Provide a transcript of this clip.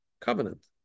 covenant